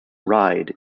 ride